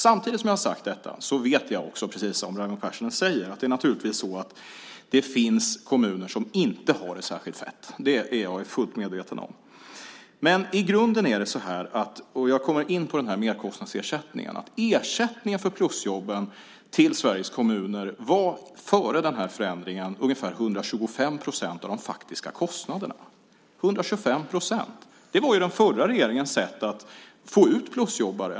Samtidigt som jag har sagt detta vet jag, precis som Raimo Pärssinen säger, att det finns kommuner som inte har det särskilt fett. Det är jag fullt medveten om. Jag kommer nu in på merkostnadsersättningen. I grunden är det så att ersättningen till plusjobben till Sveriges kommuner före förändringen var ungefär 125 procent av de faktiska kostnaderna. 125 procent - det var den förra regeringens sätt att få ut plusjobbare.